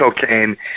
cocaine